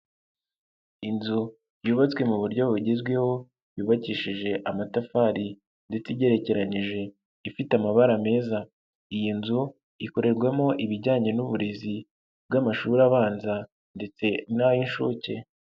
Inzu yubatswe mu buryo bugezweho, yubakishije amatafari ndetse igerekeranyije ifite amabara meza, iyi nzu ikorerwamo ibijyanye n'uburezi bw'amashuri abanza ndetse n'ay'inshuke.